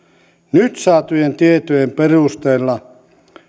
nyt saatujen tietojen perusteella